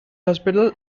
hospital